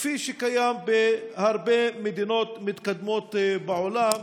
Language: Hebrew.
כפי שקיים בהרבה מדינות מתקדמות בעולם.